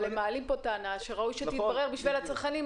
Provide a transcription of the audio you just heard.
הם מעלים פה טענה שראוי שתתברר בשביל הצרכנים,